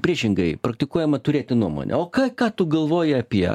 priešingai praktikuojama turėti nuomonę o ką ką tu galvoji apie